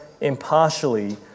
impartially